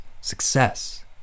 success